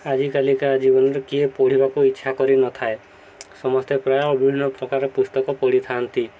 ଆଜିକାଲିକା ଜୀବନରେ କିଏ ପଢ଼ିବାକୁ ଇଚ୍ଛା କରିନଥାଏ ସମସ୍ତେ ପ୍ରାୟ ବିଭିନ୍ନ ପ୍ରକାର ପୁସ୍ତକ ପଢ଼ିଥାନ୍ତି